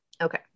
Okay